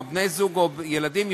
כלומר בני-זוג או ילדים,